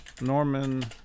Norman